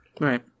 Right